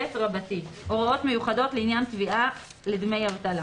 "הוראות מיוחדות לעניין תביעה לדמי אבטלה